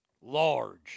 large